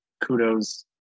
kudos